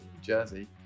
Jersey